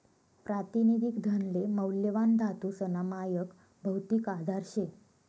प्रातिनिधिक धनले मौल्यवान धातूसना मायक भौतिक आधार शे